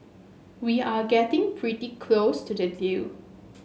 we are getting pretty close to the deal